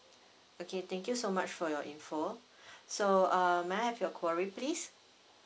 okay thank you so much for your info so uh may I have your query please